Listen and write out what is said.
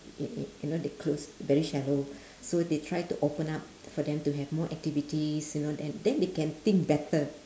y~ y~ you know they close very shallow so they try to open up for them to have more activities you know then then they can think better